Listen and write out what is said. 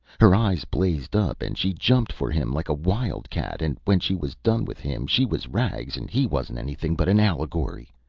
her eyes blazed up, and she jumped for him like a wild-cat, and when she was done with him she was rags and he wasn't anything but an allegory.